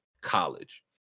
college